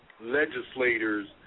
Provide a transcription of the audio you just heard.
legislators